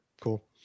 cool